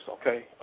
okay